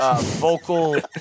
vocal